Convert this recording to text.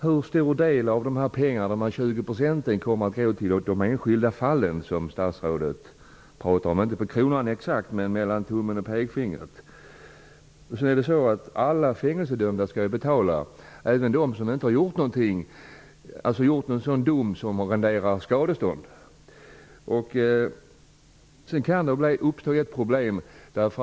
Hur stor del av de 20 % kommer att gå till förbättringar ''i det enskilda fallet'', som statsrådet talade om? Statsrådet behöver inte ange det exakt men mellan tummen och pekfingret. Alla fängelsedömda skall ju betala, alltså även de som inte har gjort något så dumt att det renderar skadestånd. Då kan det uppstå ett problem.